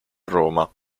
roma